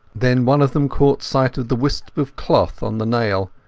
then one of them caught sight of the wisp of cloth on the nail,